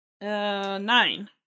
nine